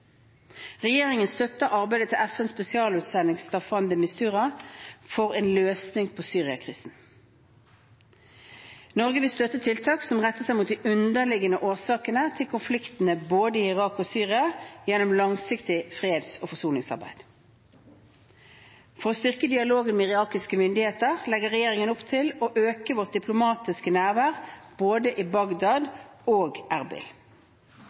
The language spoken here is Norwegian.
Regjeringen støtter arbeidet til FNs spesialutsending Staffan de Mistura for en løsning på Syria-krisen. Norge vil støtte tiltak som retter seg mot de underliggende årsakene til konfliktene både i Irak og Syria, gjennom langsiktig freds- og forsoningsarbeid. For å styrke dialogen med irakiske myndigheter legger regjeringen opp til å øke vårt diplomatiske nærvær både i Bagdad og